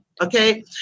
Okay